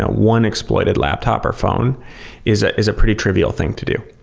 ah one exploited laptop or phone is ah is a pretty trivial thing to do.